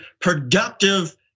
productive